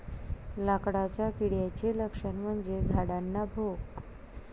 लाकडाच्या किड्याचे लक्षण म्हणजे झाडांना भोक